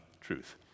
truth